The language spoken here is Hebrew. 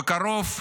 בקרוב,